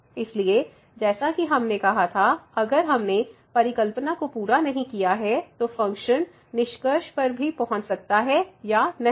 इसलिए जैसा की हमने कहा था अगर हमने परिकल्पना को पूरा नहीं किया है तो फंक्शन निष्कर्ष पर पहुंच भी सकता है या नहीं भी